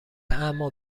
اما